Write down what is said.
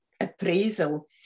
appraisal